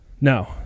No